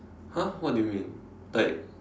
!huh! what do you mean like